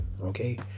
okay